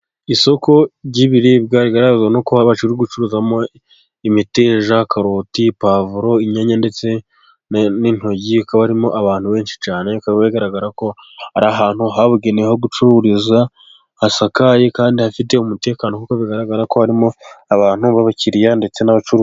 Isoko ry'ibiribwa rigaragazwa nuko bari gacuruzamo imiteja, karoti, pavuro, inyanya ndetse n'intoryi. Hakaba harimo abantu benshi cyane bikaba bigaragara ko ari ahantu habugenewe ho gucururiza hasakaye kandi hafite umutekano kuko bigaragara ko harimo abantu b'abakiya ndetse n'abacuruzi.